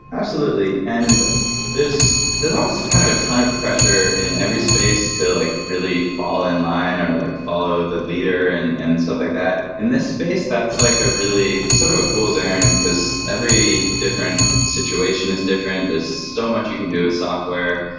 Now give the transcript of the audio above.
absolutely. and there's there's always kind of a ton of pressure in every space to like really fall in-line, or like follow the leader and and stuff stuff like that. in this space, that's like a really sort of a fool's errand, because every different situation is different. there's so much you can do with software.